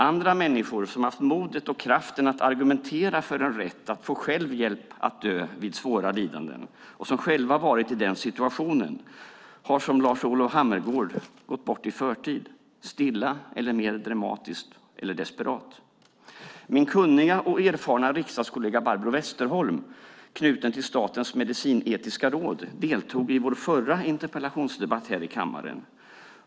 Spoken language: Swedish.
Andra människor som har haft modet och kraften att argumentera för rätten att få hjälp att dö vid svåra lidanden, och som själva varit i den situationen, har som Lars-Olov Hammergård gått bort i förtid, stilla eller mer dramatiskt och desperat. Min kunniga och erfarna riksdagskollega Barbro Westerholm, knuten till Statens medicinsk-etiska råd, deltog i vår förra interpellationsdebatt här i kammaren.